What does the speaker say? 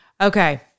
Okay